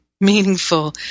meaningful